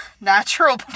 natural